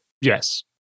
Yes